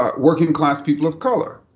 um working class people of color.